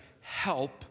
help